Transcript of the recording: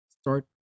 start